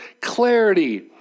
clarity